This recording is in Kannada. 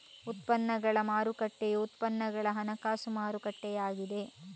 ಉತ್ಪನ್ನಗಳ ಮಾರುಕಟ್ಟೆಯು ಉತ್ಪನ್ನಗಳ ಹಣಕಾಸು ಮಾರುಕಟ್ಟೆಯಾಗಿದೆ